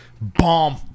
Bomb